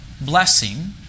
blessing